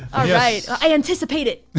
i anticipate it.